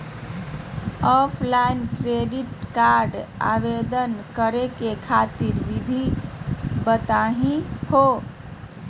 Offline credit card आवेदन करे खातिर विधि बताही हो?